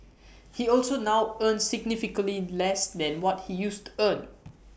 he also now earns significantly less than what he used to earn